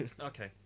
Okay